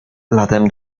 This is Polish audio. latem